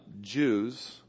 Jews